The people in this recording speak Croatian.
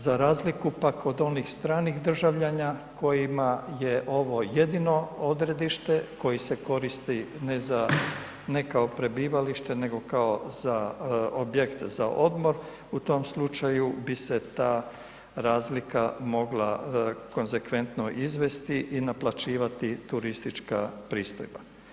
Za razliku pak od onih stranih državljana kojima je ovo jedino odredište, koji se koristi ne za, ne kao prebivalište nego kao za objekt za odmor, u tom slučaju bi se ta razlika mogla konsekventno izvesti i naplaćivati turistička pristojba.